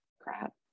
crap